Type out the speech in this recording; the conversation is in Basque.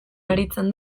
aritzen